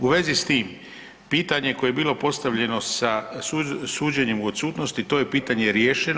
U vezi s tim pitanje koje je bilo postavljeno sa suđenjem u odsutnosti to je pitanje riješeno.